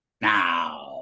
Now